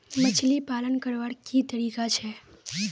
मछली पालन करवार की तरीका छे?